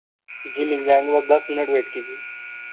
जी मिल जाएँगे बस दस मिनट वेट कीजिए